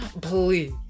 please